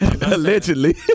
Allegedly